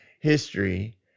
history